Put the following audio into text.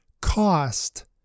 Cost